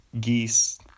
Geese